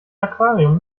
aquarium